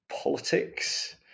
politics